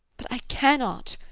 but i cannot!